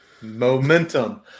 Momentum